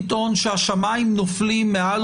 אתם באים ואומרים 2,500 ₪ זו נקודת איזון